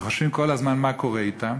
וחושבים כל הזמן מה קורה אתם,